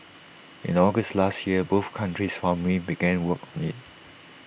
in August last year both countries formally began work on IT